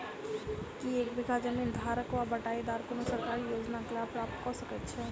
की एक बीघा जमीन धारक वा बटाईदार कोनों सरकारी योजनाक लाभ प्राप्त कऽ सकैत छैक?